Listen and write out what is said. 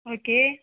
okay